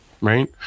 Right